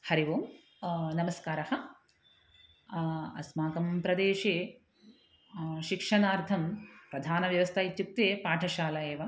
हरिः ओम् नमस्कारः अस्माकं प्रदेशे शिक्षणार्थं प्रधानव्यवस्था इत्युक्ते पाठशाला एव